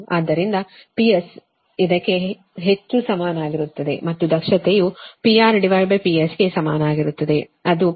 ಆದ್ದರಿಂದ PS ಇದಕ್ಕೆ ಹೆಚ್ಚು ಸಮಾನವಾಗಿರುತ್ತದೆ ಮತ್ತು ದಕ್ಷತೆಯು PRPS ಗೆ ಸಮಾನವಾಗಿರುತ್ತದೆ ಅದು 8085